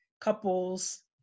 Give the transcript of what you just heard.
couples